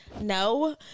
no